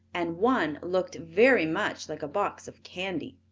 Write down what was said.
and one looked very much like a box of candy.